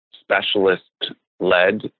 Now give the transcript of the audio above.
specialist-led